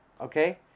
Okay